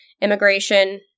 immigration